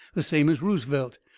the same as ruzevelt,